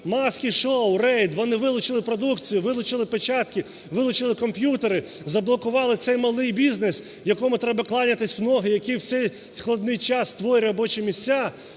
"маски-шоу", рейд. Вони вилучили продукцію, вилучили печатки, вилучили комп'ютери, заблокували цей малий бізнес, якому треба кланятися в ноги, який в цей складний час створює робочі місця.